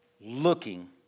Looking